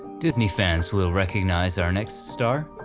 disney fans will recognize our next star.